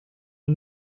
are